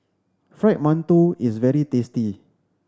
Fried Mantou is very tasty